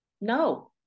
no